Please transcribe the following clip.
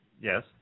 Yes